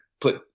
put